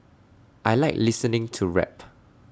I Like listening to rap